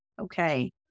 Okay